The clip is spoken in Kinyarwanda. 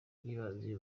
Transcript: yibanze